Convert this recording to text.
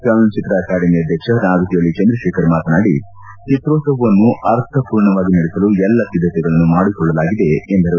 ಚಲನಚಿತ್ರ ಅಕಾಡೆಮಿ ಅಧ್ಯಕ್ಷ ನಾಗತಿಹಳ್ಳಿ ಚಂದ್ರಶೇಖರ್ ಮಾತನಾಡಿ ಚಿತ್ರೋತ್ಸವವನ್ನು ಅರ್ಥಪೂರ್ಣವಾಗಿ ನಡೆಸಲು ಎಲ್ಲ ಸಿದ್ದತೆಗಳನ್ನು ಮಾಡಿಕೊಳ್ಳಲಾಗಿದೆ ಎಂದರು